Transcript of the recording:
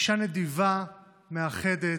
אישה נדיבה, מאחדת,